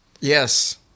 Yes